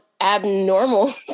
abnormal